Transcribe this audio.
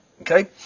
Okay